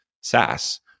SaaS